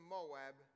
Moab